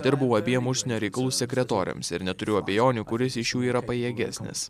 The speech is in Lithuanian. dirbau abiem užsienio reikalų sekretoriams ir neturiu abejonių kuris iš jų yra pajėgesnis